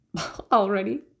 already